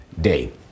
day